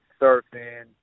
surfing